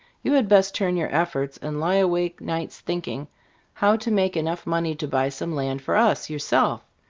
you had best turn your efforts, and lie awake nights thinking how to make enough money to buy some land for us, yourself.